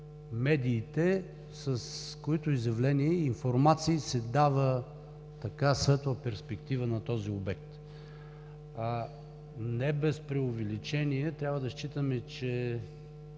медиите, с които изявления и информации се дава светла перспектива на този обект. Не без преувеличение трябва да считаме, че